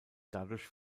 dadurch